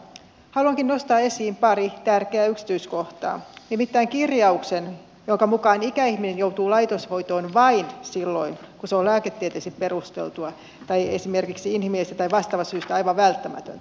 haluankin nostaa esiin pari tärkeää yksityiskohtaa nimittäin kirjauksen jonka mukaan ikäihminen joutuu laitoshoitoon vain silloin kun se on lääketieteellisesti perusteltua tai esimerkiksi inhimillisestä tai vastaavasta syystä aivan välttämätöntä